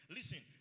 Listen